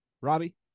Robbie